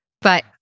But-